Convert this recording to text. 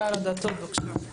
היו"ר מירב בן ארי (יו"ר ועדת ביטחון הפנים):